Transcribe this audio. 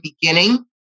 beginning